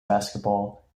basketball